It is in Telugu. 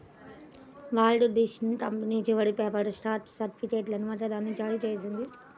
వాల్ట్ డిస్నీ కంపెనీ చివరి పేపర్ స్టాక్ సర్టిఫికేట్లలో ఒకదాన్ని జారీ చేసింది